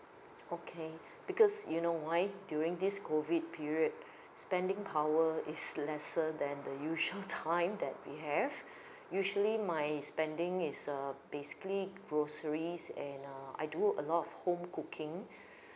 okay because you know why during this COVID period spending power is lesser than the usual time that we have usually my spending is uh basically groceries and uh I do a lot of home cooking